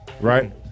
right